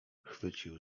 chwycił